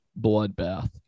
bloodbath